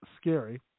scary